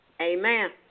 Amen